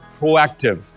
proactive